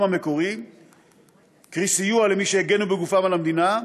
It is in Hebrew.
המקורי כסיוע למי שהגנו בגופם על המדינה,